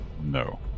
No